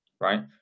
right